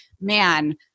man